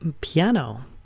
Piano